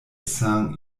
saint